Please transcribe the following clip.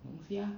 龙虾